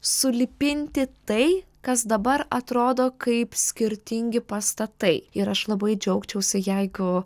sulipinti tai kas dabar atrodo kaip skirtingi pastatai ir aš labai džiaugčiausi jeigu